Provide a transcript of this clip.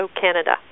Canada